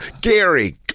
gary